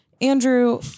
Andrew